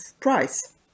price